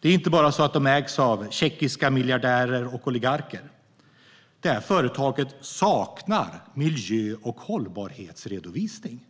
Det är inte bara så att företaget ägs av tjeckiska miljardärer och oligarker. Detta företag saknar miljö och hållbarhetsredovisning.